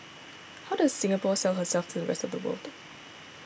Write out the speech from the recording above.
how does Singapore sell herself to the rest of the world